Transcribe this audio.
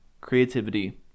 creativity